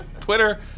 Twitter